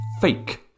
fake